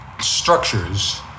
structures